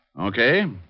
Okay